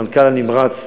המנכ"ל הנמרץ,